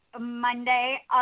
monday